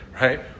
right